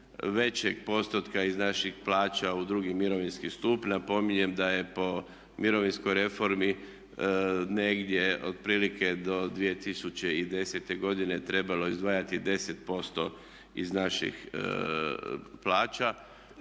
većeg postotka iz naših plaća u drugi mirovinski stup. Napominjem da je po mirovinskoj reformi negdje otprilike do 2010.godine trebalo izdvajati 10% iz naših plaća,